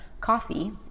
Coffee